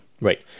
Right